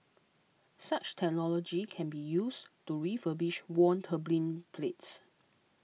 such technology can be used to refurbish worn turbine blades